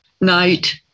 night